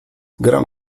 gram